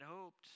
hoped